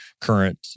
current